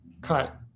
cut